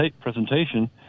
presentation